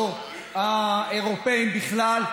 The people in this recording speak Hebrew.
או האירופים בכלל,